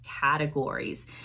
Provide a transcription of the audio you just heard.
categories